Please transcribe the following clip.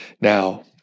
Now